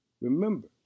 remember